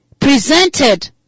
presented